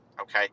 Okay